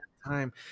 time